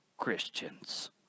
Christians